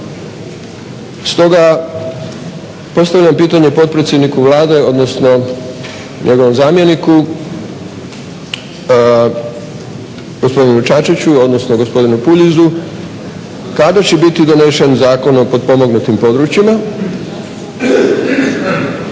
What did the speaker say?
Stoga postavljam pitanje potpredsjedniku Vlade odnosno njegovom zamjeniku, gospodinu Čačiću odnosno gospodinu Puljizu kada će biti donesen Zakon o potpomognutim područjima